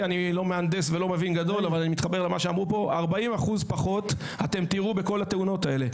שלנו אתם תראו 40% פחות מהתאונות האלה.